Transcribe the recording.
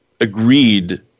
agreed